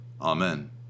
amen